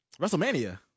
WrestleMania